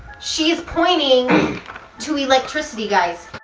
she's pointing to electricity, guys.